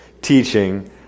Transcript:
teaching